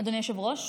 אדוני היושב-ראש,